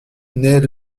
nait